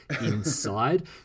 inside